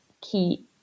key